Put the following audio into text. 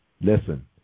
Listen